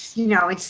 you know, like